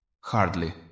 Hardly